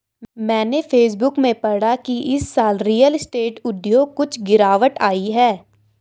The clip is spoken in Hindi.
मैंने फेसबुक में पढ़ा की इस साल रियल स्टेट उद्योग कुछ गिरावट आई है